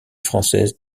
française